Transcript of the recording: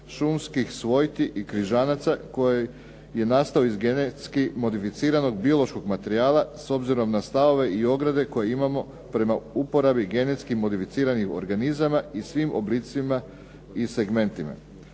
šumskih svojti i križanaca koji je nastao iz genetski modificiranog biološkog materijala s obzirom na stavove i ograde koje imamo prema uporabi genetski modificiranih organizama i svim oblicima i segmentima.